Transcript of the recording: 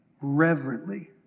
reverently